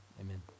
amen